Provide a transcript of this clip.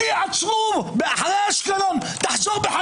אותי עצרו אחרי אשקלון תחזור.